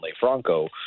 Franco